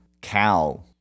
cow